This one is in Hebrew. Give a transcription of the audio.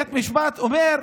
בית משפט אומר: